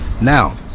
Now